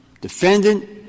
defendant